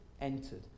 entered